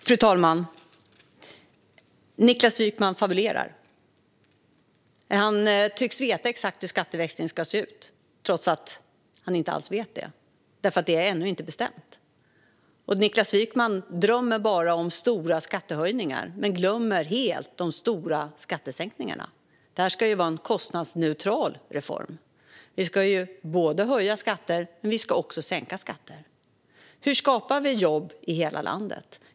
Fru talman! Niklas Wykman fabulerar. Han tycks veta exakt hur skatteväxlingen ska se ut, trots att han inte alls vet det. Det är nämligen ännu inte bestämt. Niklas Wykman drömmer bara om stora skattehöjningar men glömmer helt de stora skattesänkningarna. Detta ska vara en kostnadsneutral reform. Vi ska höja skatter, men vi ska också sänka skatter. Hur skapar vi jobb i hela landet?